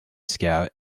scout